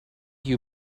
you